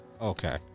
Okay